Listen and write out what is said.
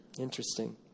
interesting